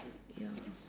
ya